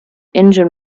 engine